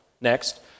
next